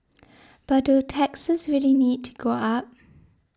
but do taxes really need to go up